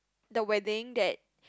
the wedding that